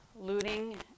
looting